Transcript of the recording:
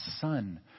son